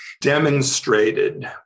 demonstrated